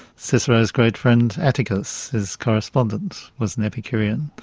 cicero's great friend atticus, his correspondent, was an epicurean.